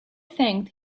thanked